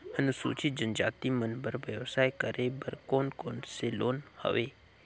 अनुसूचित जनजाति मन बर व्यवसाय करे बर कौन कौन से लोन हवे?